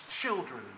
children